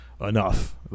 enough